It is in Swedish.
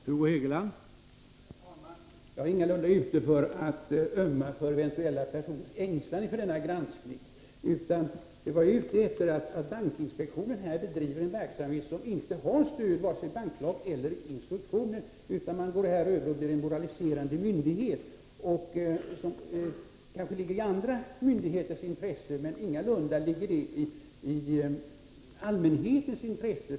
Herr talman! Jag är ingalunda ute i avsikten att ömma för några personers eventuella ängslan inför denna granskning. Vad jag är ute efter är att visa att bankinspektionen här bedriver en verksamhet som inte har stöd i vare sig banklag eller instruktion. Bankinspektionen går här över till att bli en moraliserande myndighet. Detta kanske ligger i andra myndigheters intresse men ingalunda i allmänhetens intresse.